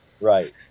Right